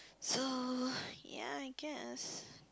so ya I guess